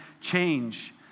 change